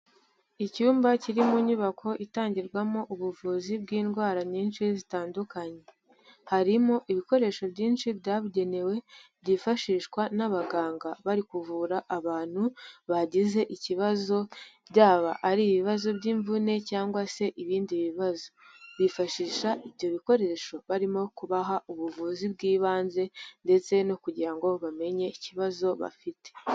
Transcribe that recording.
Icyumba kiri mu nyubako itangirwamo ubuvuzi bw'indwara nyinshi zitandukanye, harimo ibikoresho byinshi byabugenewe, byifashishwa n'abaganga bari kuvura abantu bagize ibibazo byaba ari ibibazo by'imvune cyangwa se ibindi bibazo, bifashisha ibyo bikoresho barimo kubaha ubuvuzi bw'ibanze ndetse no kugira ngo bamenye ikibazo bafite.